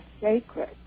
sacred